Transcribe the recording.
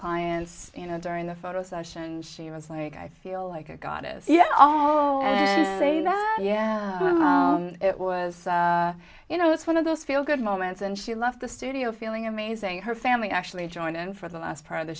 clients you know during the photo session she was like i feel like a goddess you know oh and saying that it was you know it's one of those feel good moments and she left the studio feeling amazing her family actually joined in for the last part of the